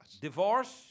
Divorce